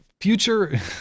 future